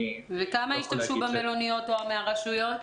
וכמה השתמשו במלוניות מהרשויות?